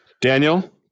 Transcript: daniel